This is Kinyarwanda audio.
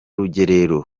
rugerero